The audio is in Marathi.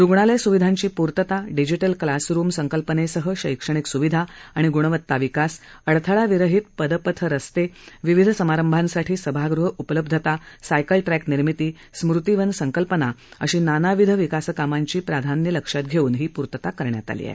रूग्णालय स्विधांची पूर्तता डिजिटल क्लासरूम संकल्पनेसह शैक्षणिक स्विधा आणि गृणवत्ता विकास अडथळाविरहित पदपथ रस्ते विविध समारंभांसाठी सभागृह उपलब्धता सायकल ट्रॅक निर्मिती स्मृतीवन संकल्पना अशी नानाविध विकासकामांची प्राधान्य लक्षात घेऊन पूर्तता करण्यात आलेली आहे